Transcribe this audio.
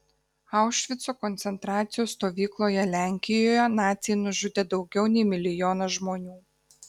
aušvico koncentracijos stovykloje lenkijoje naciai nužudė daugiau nei milijoną žmonių